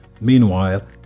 meanwhile